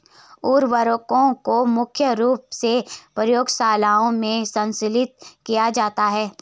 उर्वरकों को मुख्य रूप से प्रयोगशालाओं में संश्लेषित किया जाता है